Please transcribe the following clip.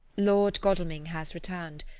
lord godalming has returned.